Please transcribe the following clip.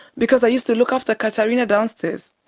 because i used to look after caterina downstairs,